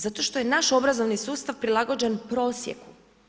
Zato što je naš obrazovni sustav prilagođen prosjeku.